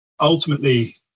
ultimately